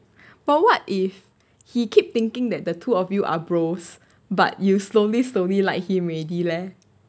but what if he keep thinking that the two of you are bros but you slowly slowly like him already leh